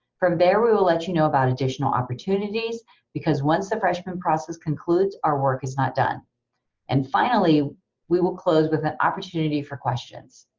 from there we will let you know about additional opportunities because once the freshmen process concludes our work is not done and finally we will close with an opportunity for questions.